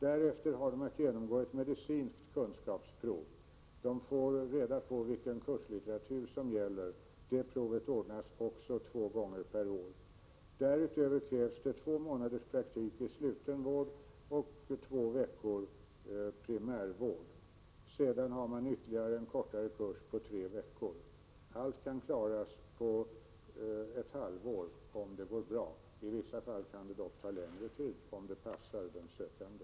Därefter har de att genomgå ett medicinskt kunskapsprov. De får reda på vilken kurslitteratur som gäller. De proven ordnas också två gånger per år. Därutöver krävs det två månaders praktik i sluten vård och två veckor i primärvård. Sedan har man ytterligare en kortare kurs på tre veckor. Allt detta kan klaras på ett halvår om det går bra. I vissa fall kan det dock ta längre tid om det passar den sökande.